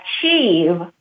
achieve